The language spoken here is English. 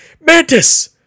Mantis